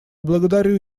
благодарю